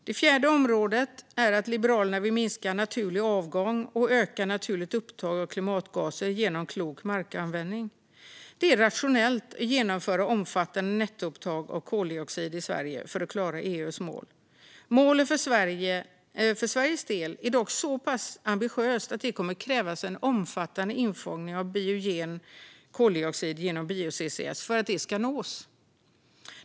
Det fjärde området gäller minskning av naturlig avgång och ökat naturligt upptag av klimatgaser genom klok markanvändning. Det är rationellt att genomföra omfattande nettoupptag av koldioxid i Sverige för att klara EU:s mål. Målet för Sveriges del är dock så pass ambitiöst att det kommer att krävas en omfattande infångning av biogen koldioxid genom bio-CCS för att det ska nås.